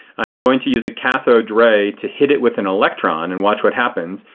i am going to use a cathode ray to hit it with an electron. and watch what happens.